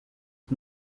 his